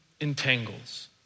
entangles